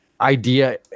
idea